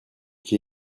qui